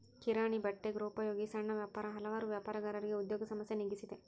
ಕಿರಾಣಿ ಬಟ್ಟೆ ಗೃಹೋಪಯೋಗಿ ಸಣ್ಣ ವ್ಯಾಪಾರ ಹಲವಾರು ವ್ಯಾಪಾರಗಾರರಿಗೆ ಉದ್ಯೋಗ ಸಮಸ್ಯೆ ನೀಗಿಸಿದೆ